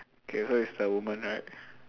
okay so is the woman right